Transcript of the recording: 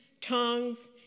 tongues